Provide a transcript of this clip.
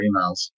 emails